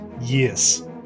Yes